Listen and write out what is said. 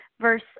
verse